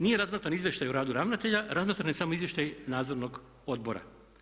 Nije razmatran Izvještaj o radu ravnatelja, razmatran je samo Izvještaj nadzornog odbora.